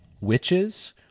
witches